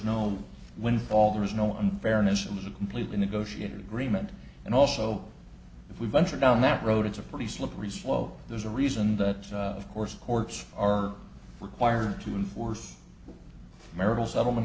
no windfall there is no unfairness in the completely negotiated agreement and also if we ventured down that road it's a pretty slippery slope there's a reason that of course courts are required to enforce marital settlement